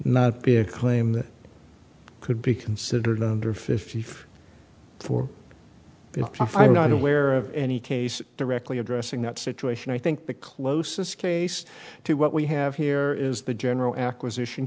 not be a claim that could be considered under fifty five for i am not aware of any case directly addressing that situation i think the closest case to what we have here is the general acquisition